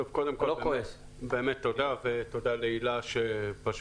קודם כול, אני מתנצל על ההתפרצות קודם.